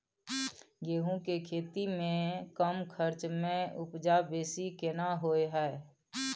गेहूं के खेती में कम खर्च में उपजा बेसी केना होय है?